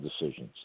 decisions